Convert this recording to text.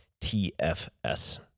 TFS